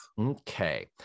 Okay